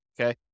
okay